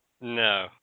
No